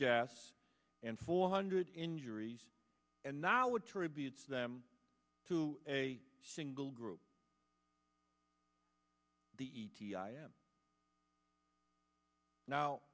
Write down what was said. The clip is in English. deaths and four hundred injuries and now attributes them to a single group the e t i and now